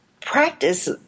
practice